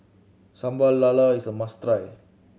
Sambal Lala is a must try